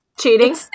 cheating